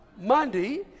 Monday